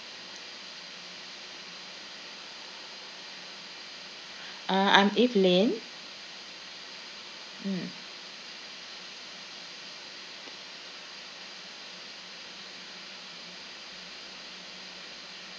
uh I'm evelyn mm